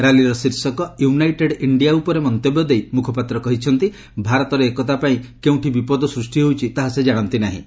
ରାଲିର ଶୀର୍ଷକ United India ଉପରେ ମନ୍ତବ୍ୟ ଦେଇ ମୁଖପାତ୍ର କହିଛନ୍ତି ଭାରତର ଏକତା ପାଇଁ କେଉଁଠି ବିପଦ ସୂଷ୍ଟି ହୋଇଛି ତାହା ସେ ଜାଶନ୍ତି ନାହିଁ